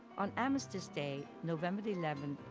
on armisce day, november the eleventh,